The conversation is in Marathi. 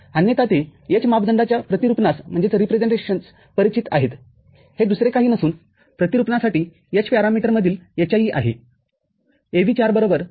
अन्यथा जे h मापदंडाच्याप्रतिरूपणास परिचित आहेत हे दुसरे काही नसून प्रतिरूपणासाठी h मापदंडामधील hie आहे